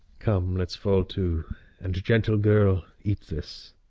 come, let's fall to and, gentle girl, eat this